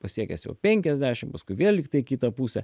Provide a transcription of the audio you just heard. pasiekęs jau penkiasdešim paskui vėl lyg tai į kitą pusę